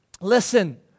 listen